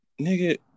nigga